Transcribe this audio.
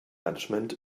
management